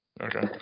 Okay